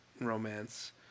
romance